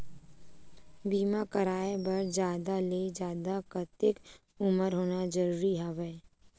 बीमा कराय बर जादा ले जादा कतेक उमर होना जरूरी हवय?